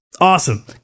Awesome